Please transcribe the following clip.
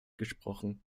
gesprochen